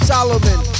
Solomon